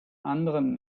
anderen